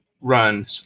run